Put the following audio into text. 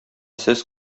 сез